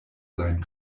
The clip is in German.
sein